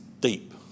deep